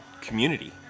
community